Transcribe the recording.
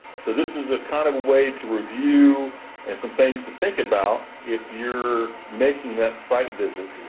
so this is a kind of way to review and some things to think about if you're making that site visit.